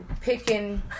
Picking